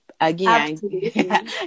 Again